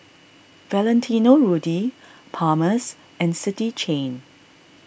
Valentino Rudy Palmer's and City Chain